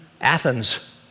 Athens